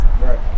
right